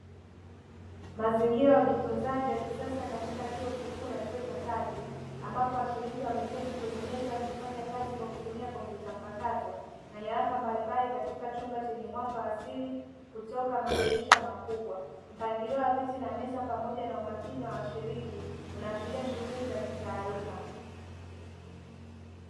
Mazingira ya ujifunzaji wa kisasa katika chuo kikuu na chuo cha kati, ambapo washiriki wameketi kwenye meza wakifanya kazi kwa kutumia kompyuta mpakato na nyaraka mbalimbali katika chumba chenye mwanga wa asili kutoka madirisha makubwa mpangilio wa viti na meza pamoja na umakini wa washiriki unaashiria shughuli za kitaaluma.